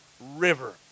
river